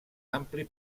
ampli